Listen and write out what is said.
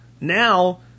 now